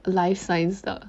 life science 的